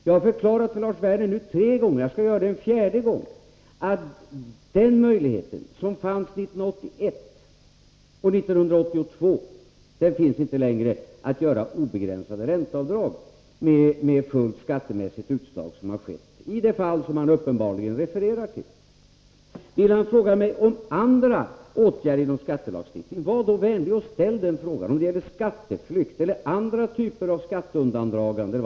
Jag har nu förklarat för Lars Werner tre gånger, och jag skall göra det en fjärde gång, att den möjlighet som fanns 1981 och 1982 att göra obegränsade ränteavdrag med fullt skattemässigt utslag, vilket har skett i det fall som Lars Werner uppenbarligen refererar till, inte finns längre. Vill Lars Werner fråga mig om andra åtgärder inom skattelagstiftningen, då får han vara vänlig att ställa den frågan — om det gäller skatteflykt eller andra typer av skatteundandragande.